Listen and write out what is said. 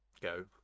Go